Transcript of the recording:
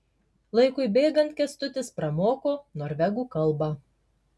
laikui bėgant kęstutis pramoko norvegų kalbą